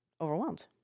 overwhelmed